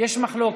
יש מחלוקת,